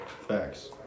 Thanks